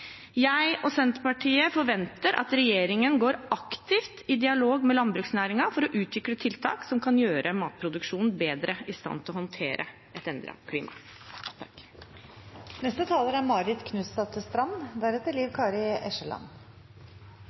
Jeg – og Senterpartiet – forventer at regjeringen aktivt går i dialog med landbruksnæringen for å utvikle tiltak som kan gjøre matproduksjonen bedre i stand til å håndtere et endret klima.